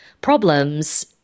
problems